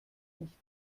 nicht